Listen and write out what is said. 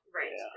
right